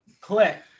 Click